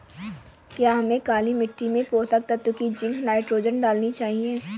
क्या हमें काली मिट्टी में पोषक तत्व की जिंक नाइट्रोजन डालनी चाहिए?